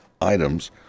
items